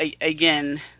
again